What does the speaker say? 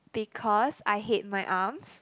because I hate my arms